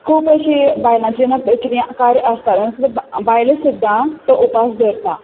खूब अशें बायलांचें जेन्ना कितें कार्य आसता तेन्ना सुद्दा बायलो सुद्दां तो उपास दवरता